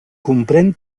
comprén